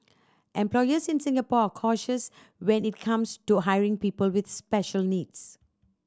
employers in Singapore are cautious when it comes to hiring people with special needs